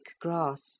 grass